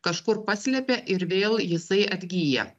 kažkur paslepia ir vėl jisai atgyja